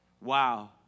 Wow